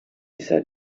said